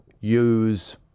use